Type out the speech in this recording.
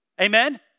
Amen